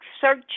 search